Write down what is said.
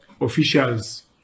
officials